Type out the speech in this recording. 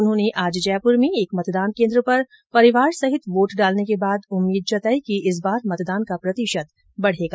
उन्होंने आज जयपुर में एक मतदान केन्द्र पर परिवार सहित वोट डालने के बाद उम्मीद जताई कि इस बार मतदान का प्रतिशत बढेगा